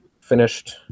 finished